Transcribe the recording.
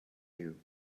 you